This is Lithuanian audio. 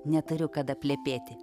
neturiu kada plepėti